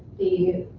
the,